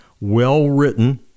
well-written